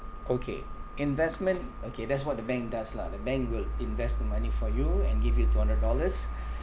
okay investment okay that's what the bank does lah the bank will invest the money for you and give you two hundred dollars